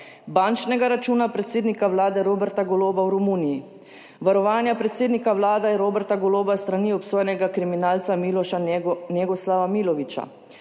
bančnega računa predsednika Vlade Roberta Goloba v Romuniji, varovanja predsednika vlade Roberta Goloba s strani obsojenega kriminalca Miloša Njegoslava Milovića,